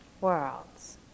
worlds